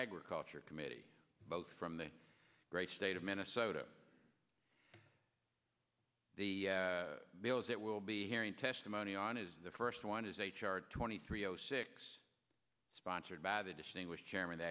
agriculture committee both from the great state of minnesota the bills that will be hearing testimony on is the first one is h r twenty three o six sponsored by the distinguished chairman